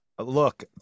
look